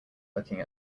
looking